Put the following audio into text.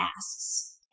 asks